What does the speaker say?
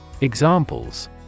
examples